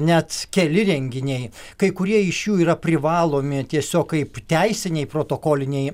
net keli renginiai kai kurie iš jų yra privalomi tiesiog kaip teisiniai protokoliniai